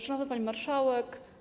Szanowna Pani Marszałek!